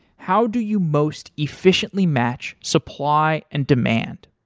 how do you most efficiently match supply and demand?